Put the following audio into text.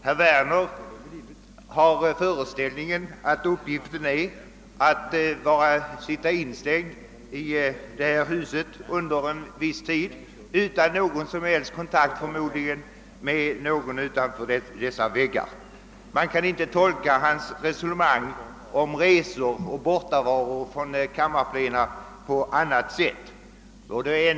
Herr Werner har den föreställningen att vår uppgift är att bara sitta instängda i detta hus under en viss tid, förmodligen utan någon som helst kontakt med någon utanför dessa väggar. Man kan inte tolka hans resonemang om resor och bortovaro från kammarplena på annat sätt.